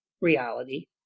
reality